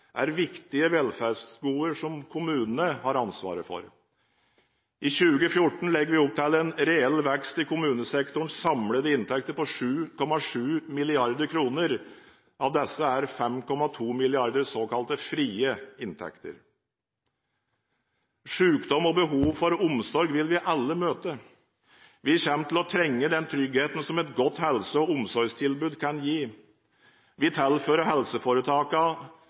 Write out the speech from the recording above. er viktige velferdsgoder som kommunene har ansvaret for. For 2014 legger vi opp til en reell vekst i kommunesektorens samlede inntekter på 7,7 mrd. kr. Av disse er 5,2 mrd. kr såkalte frie inntekter. Sykdom og behov for omsorg vil vi alle møte. Vi kommer til å trenge den tryggheten som et godt helse- og omsorgstilbud kan gi. Vi tilfører